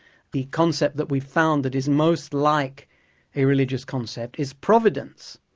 the concept that we've found that is most like a religious concept is providence.